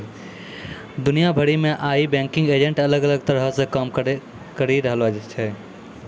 दुनिया भरि मे आइ बैंकिंग एजेंट अलग अलग तरहो के काम करि रहलो छै